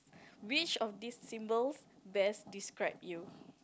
which of these symbols best describe you